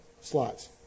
Slots